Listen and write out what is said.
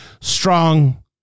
strong